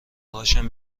هاشم